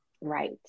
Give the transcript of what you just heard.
Right